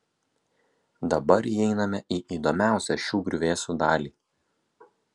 dabar įeiname į įdomiausią šių griuvėsių dalį